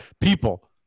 people